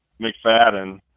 McFadden